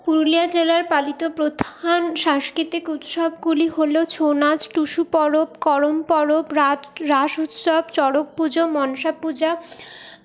পুরুলিয়া জেলার পালিত প্রধান সাংস্কৃতিক উৎসবগুলি হল ছৌ নাচ টুসু পরব করম পরব রাত রাস উৎসব চড়ক পুজো মনসা পূজা